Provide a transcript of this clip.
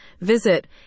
visit